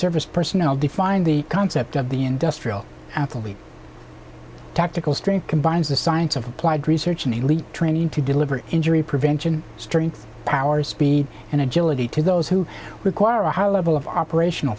service personnel define the concept of the industrial absolute tactical strength combines the science of applied research and elite training to deliver injury prevention strength power speed and agility to those who require a high level of operational